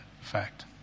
fact